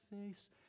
face